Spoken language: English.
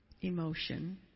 emotion